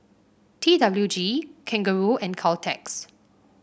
T W G Kangaroo and Caltex